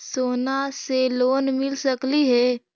सोना से लोन मिल सकली हे?